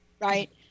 right